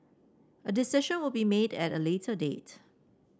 a decision will be made at a later date